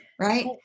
right